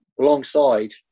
alongside